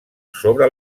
sobre